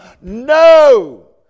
No